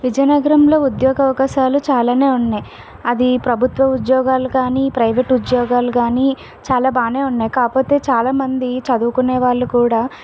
విజయనగరంలో ఉద్యోగ అవకాశాలు చాలా ఉన్నాయి అది ప్రభుత్వ ఉద్యోగాలు కానీ ప్రైవేట్ ఉద్యోగాలు కానీ చాలా బాగా ఉన్నాయి కాకపోతే చాలామంది చదువుకునే వాళ్ళు కూడా